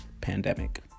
pandemic